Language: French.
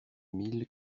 mille